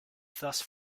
thus